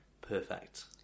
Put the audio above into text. perfect